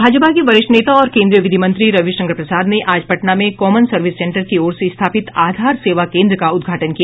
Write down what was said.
भाजपा के वरिष्ठ नेता और केन्द्रीय विधि मंत्री रविशंकर प्रसाद ने आज पटना में कॉमन सर्विस सेन्टर की ओर से स्थापित आधार सेवा केन्द्र का उद्घाटन किया